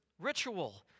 ritual